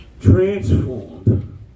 Transformed